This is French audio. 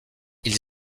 ils